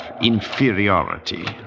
inferiority